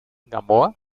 gamboa